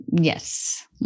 yes